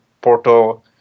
Porto